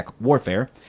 warfare